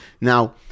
Now